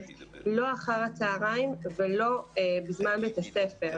לא אחר הצוהריים ולא בזמן בית הספר.